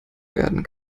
werden